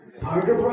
Parker